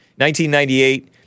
1998